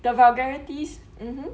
the vulgarities mmhmm